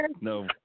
No